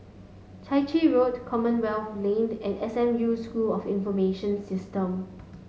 Chai Chee Road Commonwealth Lane and S M U School of Information Systems